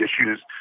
issues